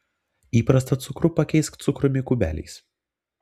įprastą cukrų pakeisk cukrumi kubeliais